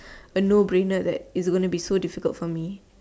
a no brainer that it's gonna be so difficult for me